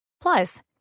Plus